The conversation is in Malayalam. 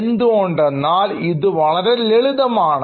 എന്തുകൊണ്ടെന്നാൽ ഇത് വളരെ ലളിതമാണ്